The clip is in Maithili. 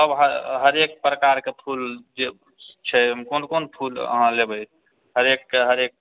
सब हरेक प्रकारकेँ फूल जे छै कोन कोन फूल अहाँ लेबै हरेकके हरेक